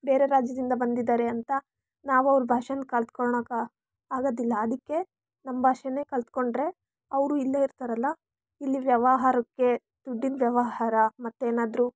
ಬೇರೆ ರಾಜ್ಯದಿಂದ ಬಂದಿದ್ದಾರೆ ಅಂತ ನಾವು ಅವರ ಭಾಷೆನ ಕಲ್ತ್ಕೊಳಕ ಆಗೋದಿಲ್ಲ ಅದಕ್ಕೆ ನಮ್ಮ ಭಾಷೆನೇ ಕಲ್ತ್ಕೊಂಡ್ರೆ ಅವರು ಇಲ್ಲೇ ಇರ್ತಾರಲ್ಲ ಇಲ್ಲಿ ವ್ಯವಹಾರಕ್ಕೆ ದುಡ್ಡಿನ ವ್ಯವಹಾರ ಮತ್ತೇನಾದರೂ